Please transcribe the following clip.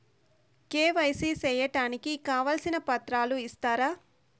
KYC సేయడానికి కావాల్సిన పత్రాలు ఇస్తారా?